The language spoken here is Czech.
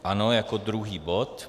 Ano, jako druhý bod.